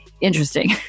interesting